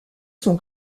sont